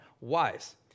wise